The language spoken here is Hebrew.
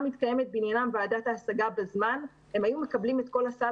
מתקיימת בעניינם ועדת ההשגה בזמן הם היו מקבלים את כל הסל